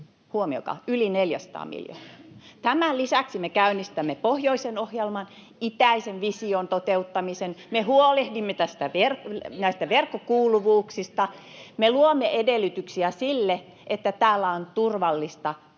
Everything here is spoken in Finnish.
huomioikaa, yli 400 miljoonaa. Tämän lisäksi me käynnistämme pohjoisen ohjelman, itäisen vision toteuttamisen. Me huolehdimme näistä verkkokuuluvuuksista, [Perussuomalaisten ryhmästä: Miksi keskusta vastustaa?]